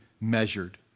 measured